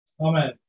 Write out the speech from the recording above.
Amen।